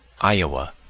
Iowa